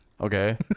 Okay